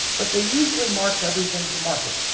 but they usually marked everything to market.